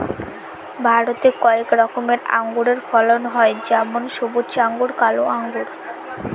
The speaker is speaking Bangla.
ভারতে কয়েক রকমের আঙুরের ফলন হয় যেমন সবুজ আঙ্গুর, কালো আঙ্গুর